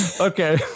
okay